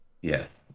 Yes